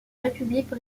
république